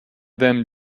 them